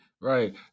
right